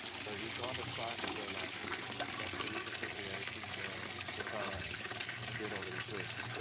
so we can't assign the pro licenses. and that's the reason for creating the the powerapp. to get all the requests.